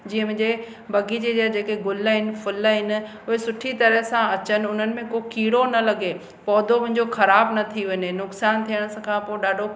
जीअं मुहिंजे बगीचे जा जेके गुल आहिनि फुल आहिनि उहे सुठी तरह सां अचनि उन्हनि में कोई कीड़ो न लॻे पौधो मुंहिंजो ख़राब न थी वञे नुक़सानु थियण स खां पोइ